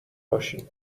باشین